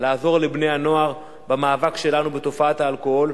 לעזור לבני-הנוער במאבק שלנו בתופעת האלכוהול.